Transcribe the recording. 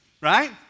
Right